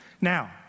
Now